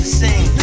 sing